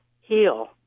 heal